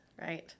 Right